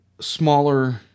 smaller